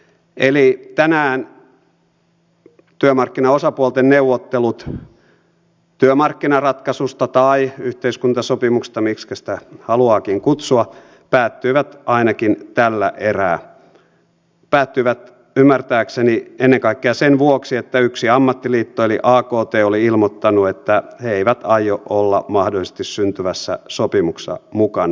eli tänään työmarkkinaosapuolten neuvottelut työmarkkinaratkaisusta tai yhteiskuntasopimuksesta miksi sitä haluaakin kutsua päättyivät ainakin tällä erää päättyivät ymmärtääkseni ennen kaikkea sen vuoksi että yksi ammattiliitto eli akt oli ilmoittanut että he eivät aio olla mahdollisesti syntyvässä sopimuksessa mukana